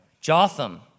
Jotham